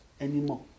anymore